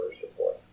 support